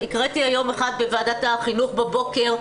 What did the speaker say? קראתי היום אחד בוועדת החינוך בבוקר,